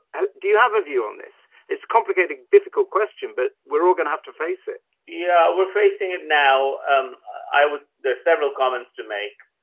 do you have a view on this? it's complicated, difficult question, but we're all going to have to face it. yeah, we're facing it now. um, i would, there's several comments to make.